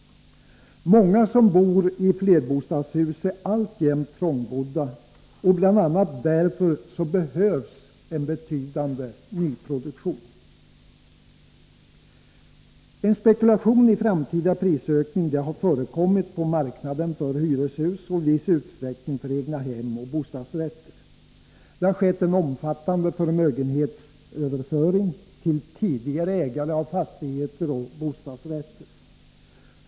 Många som bor i flerbostadshus är alltjämt trångbodda, och bl.a. därför behövs en betydande nyproduktion. En spekulation i framtida prisökningar har förekommit på marknaden för hyreshus och i viss utsträckning på marknaden för egnahem och bostadsrätter. Det har skett en omfattande förmögenhetsöverföring till tidigare ägare av fastigheter och bostadsrätter.